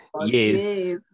yes